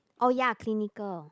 oh ya clinical